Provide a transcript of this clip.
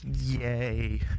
Yay